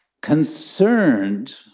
concerned